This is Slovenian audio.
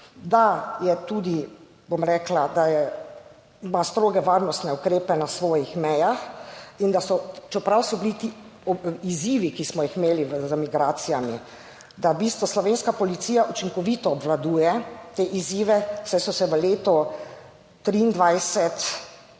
da je tudi, bom rekla, da ima stroge varnostne ukrepe na svojih mejah in da so, čeprav so bili ti izzivi, ki smo jih imeli z migracijami, da v bistvu slovenska policija učinkovito obvladuje te izzive, saj so se v letu